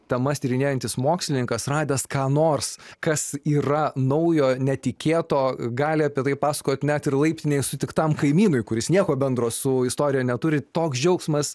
temas tyrinėjantis mokslininkas radęs ką nors kas yra naujo netikėto gali apie tai pasakot net ir laiptinėj sutiktam kaimynui kuris nieko bendro su istorija neturi toks džiaugsmas